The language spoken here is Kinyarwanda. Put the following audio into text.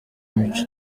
imico